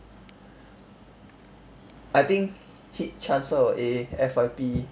I think heat transfer will A F_Y_P